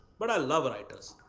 but i love writers.